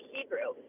Hebrew